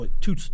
Two